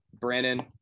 Brandon